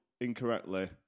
Incorrectly